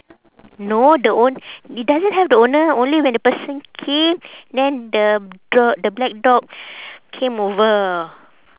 no the own~ it doesn't have the owner only when the person came then the girl the black dog came over